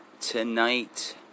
tonight